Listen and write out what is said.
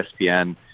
ESPN